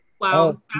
Wow